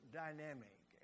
dynamic